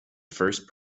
first